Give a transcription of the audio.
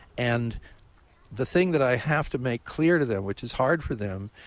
and the thing that i have to make clear to them, which is hard for them,